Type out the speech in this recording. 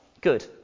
Good